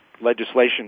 legislation